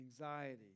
anxiety